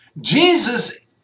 Jesus